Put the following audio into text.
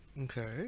Okay